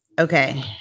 Okay